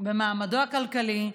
במעמדו הכלכלי,